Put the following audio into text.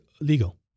legal